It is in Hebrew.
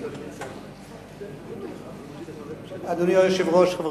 ובמקום זה אנחנו מקבלים איום על טרור ועל חידוש האלימות.